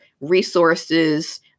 resources